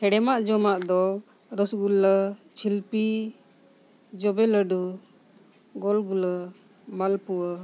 ᱦᱮᱲᱮᱢᱟᱜ ᱡᱚᱢᱟᱜ ᱫᱚ ᱨᱚᱥᱜᱩᱞᱞᱟᱹ ᱡᱷᱤᱞᱟᱹᱯᱤ ᱡᱚᱵᱮ ᱞᱟᱹᱰᱩ ᱜᱳᱞᱜᱩᱞᱟᱹ ᱢᱟᱞ ᱯᱩᱣᱟᱹ